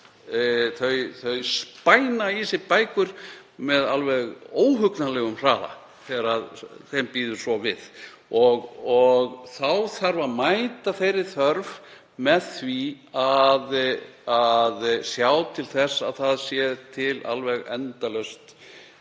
Þau spæna í sig bækur með alveg óhugnanlegum hraða þegar þeim býður svo við að horfa. Þá þarf að mæta þeirri þörf með því að sjá til þess að til sé alveg endalaust úrval